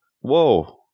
Whoa